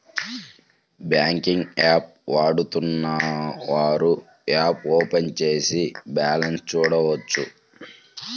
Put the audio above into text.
banking app వాడుతున్నవారు app open చేసి balance చూడొచ్చు